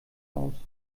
aus